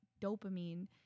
dopamine